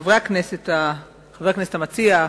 חבר הכנסת המציע,